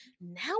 now